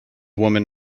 woman